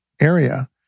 area